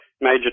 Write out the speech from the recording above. major